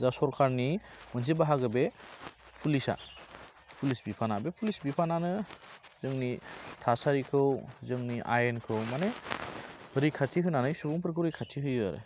जा सरकारनि मोनसे बाहागो बे पुलिसा पुलिस बिफाना बे पुलिस बिफानानो जोंनि थासारिखौ जोंनि आयेनखौ माने रैखाथि होनानै सुबुंफोरखौ रैखाथि होयो आरो